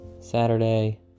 Saturday